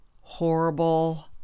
horrible